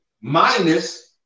minus